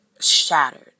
shattered